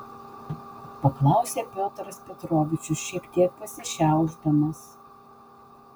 paklausė piotras petrovičius šiek tiek pasišiaušdamas